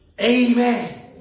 Amen